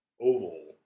oval